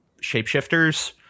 shapeshifters